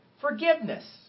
forgiveness